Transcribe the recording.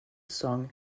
song